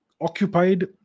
occupied